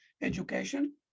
education